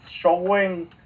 showing